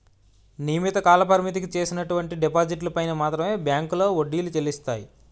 నియమిత కాలపరిమితికి చేసినటువంటి డిపాజిట్లు పైన మాత్రమే బ్యాంకులో వడ్డీలు చెల్లిస్తాయి